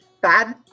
bad